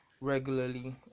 regularly